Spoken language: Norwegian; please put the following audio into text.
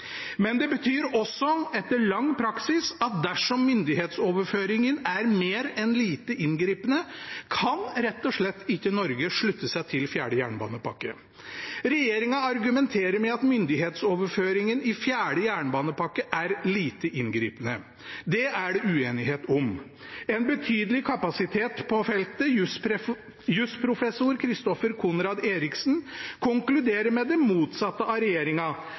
Men det betyr også – etter lang praksis – at dersom myndighetsoverføringen er «mer enn lite inngripende», kan rett og slett ikke Norge slutte seg til fjerde jernbanepakke. Regjeringen argumenterer med at myndighetsoverføringen i fjerde jernbanepakke er «lite inngripende». Det er det uenighet om. En betydelig kapasitet på feltet, jusprofessor Christoffer Conrad Eriksen, konkluderer med det motsatte av